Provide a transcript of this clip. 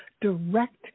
direct